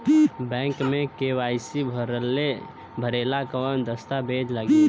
Bank मे KYC भरेला कवन दस्ता वेज लागी?